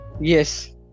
Yes